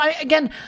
again